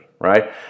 right